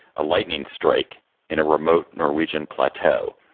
a lightning strike in a remote norwegian plateau,